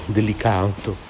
delicato